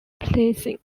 pleasing